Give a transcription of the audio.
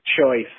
choice